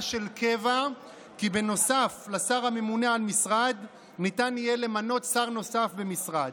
של קבע כי נוסף לשר הממונה על משרד ניתן יהיה למנות שר נוסף במשרד.